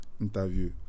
interview